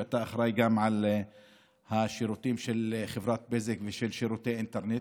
שאתה אחראי גם לשירותים של חברת בזק ושל שירותי האינטרנט,